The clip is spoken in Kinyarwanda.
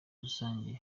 rusange